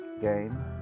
game